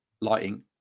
lighting